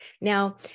Now